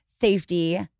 safety